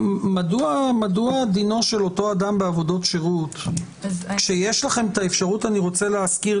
אני אבהיר שהחרגה שאנחנו ביקשנו ושקבועה כרגע בנוסח התקנות היא